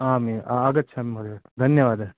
आम् आगच्छामि महोदयः धन्यवादः